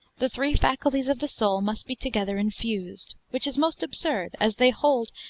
the three faculties of the soul must be together infused, which is most absurd as they hold,